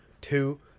Two